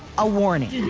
a warning.